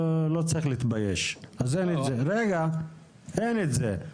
לא צריך להתבייש, אין את זה.